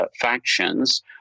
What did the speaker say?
factions